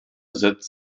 setzt